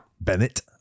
bennett